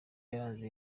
yaranze